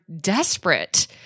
desperate